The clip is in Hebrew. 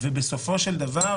כמובן שבאמת יש קושי